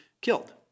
killed